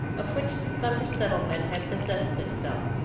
of which the summer settlement had possessed itself.